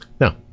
No